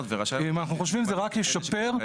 אם אנחנו חושבים, זה רק ישפר.